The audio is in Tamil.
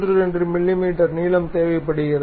32 மிமீ நீளம் தேவைப்படுகிறது